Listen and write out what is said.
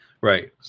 right